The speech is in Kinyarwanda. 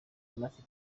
anafite